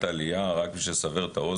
בקרוב.